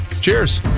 Cheers